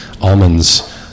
almonds